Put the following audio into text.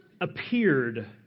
appeared